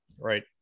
right